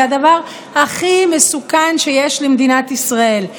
"זה הדבר הכי מסוכן שיש למדינת ישראל.